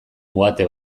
uhate